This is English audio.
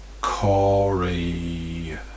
Corey